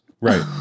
Right